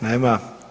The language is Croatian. Nema.